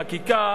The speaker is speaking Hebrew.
חקיקה,